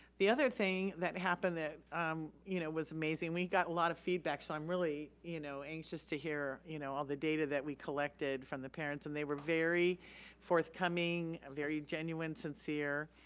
the other thing that happened that you know was amazing, we got a lot of feedback so i'm really you know anxious to hear you know all the data that we collected from the parents and they were very forthcoming, a very genuine sincere.